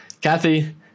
Kathy